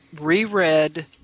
reread